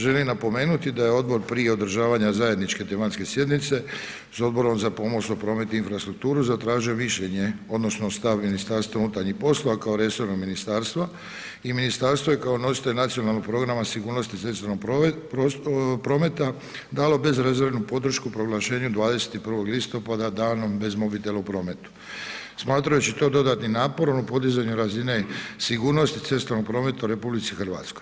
Želim napomenuti da je odbor prije održavanja zajedničke tematske sjednice s Odborom za pomorstvo, promet i infrastrukturu zatražio mišljenje odnosno stav MUP-a kao resornog ministarstva i ministarstvo je kao nositelj Nacionalnog programa sigurnosti u cestovnom prometu dalo bezrezervnu podršku proglašenju 21. listopada danom bez mobitela u prometu, smatrajući to dodatnim naporom u podizanju razine sigurnosti u cestovnom prometu u RH.